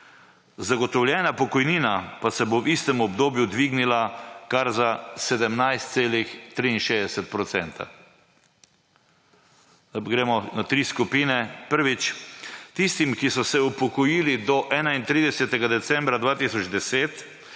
Zagotovljena pokojnina pa se bo v istem obdobju dvignila kar za 17,63 %. Zdaj pa gremo na tri skupine. Prvič. tistim, ki so se upokojili do 31. decembra 2010